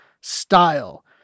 style